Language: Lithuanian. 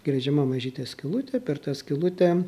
gręžiama mažytė skylutė per tą skylutę